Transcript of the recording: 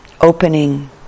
opening